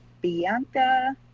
Bianca